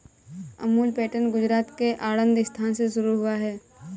Amul pattern Gujarat के आणंद स्थान से शुरू हुआ है